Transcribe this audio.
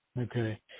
Okay